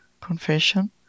confession